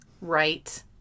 Right